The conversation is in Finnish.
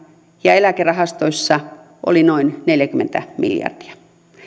ja eläkerahastoissa oli noin neljäkymmentä miljardia